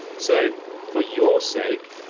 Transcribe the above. so for your sake,